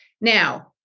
Now